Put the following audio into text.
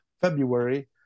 February